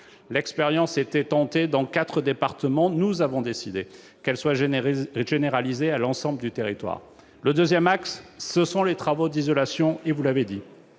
L'expérience avait été tentée dans quatre départements. Nous avons décidé qu'elle serait généralisée à l'ensemble du territoire. Le deuxième niveau d'action, vous l'avez dit,